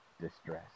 distress